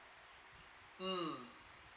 mm